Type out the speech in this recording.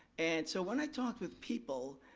and so when i talked with people,